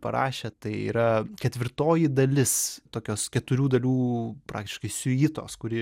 parašė tai yra ketvirtoji dalis tokios keturių dalių praktiškai siuitos kuri